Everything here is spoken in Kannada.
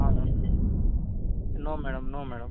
ಹಾಂ ma'am no madam no madam